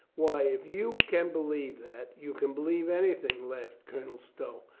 why, if you can believe that, you can believe anything, laughed colonel stow.